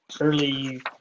early